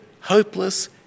hopeless